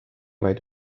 vaid